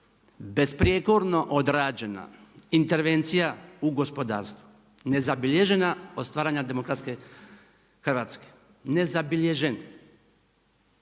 besprijekorno odrađena intervencija u gospodarstvu, nezabilježena od stvaranja demokratske Hrvatske, nezabilježen.